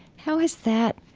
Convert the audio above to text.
how is that?